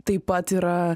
taip pat yra